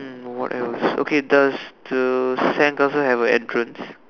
um what else okay does the sandcastle have a entrance